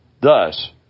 Thus